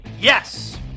Yes